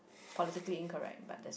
politically incorrect but